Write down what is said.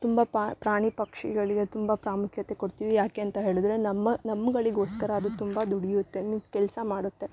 ತುಂಬ ಪ್ರಾಣಿ ಪಕ್ಷಿಗಳಿವೆ ತುಂಬ ಪ್ರಾಮುಖ್ಯತೆ ಕೊಡ್ತೀವಿ ಯಾಕೆ ಅಂತ ಹೇಳಿದ್ರೆ ನಮ್ಮ ನಮ್ಗಳಿಗೋಸ್ಕರ ಅದು ತುಂಬ ದುಡಿಯುತ್ತೆ ಮೀನ್ಸ್ ಕೆಲಸ ಮಾಡುತ್ತೆ